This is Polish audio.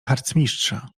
harcmistrza